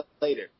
later